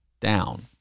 down